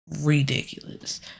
ridiculous